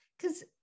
Because-